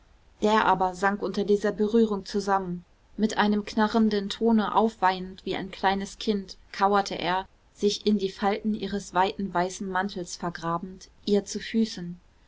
der aber sank unter dieser berührung zusammen mit einem knarrenden tone aufweinend wie ein kleines kind kauerte er sich in die falten ihres weiten weißen mantels vergrabend ihr zu füßen